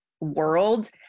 world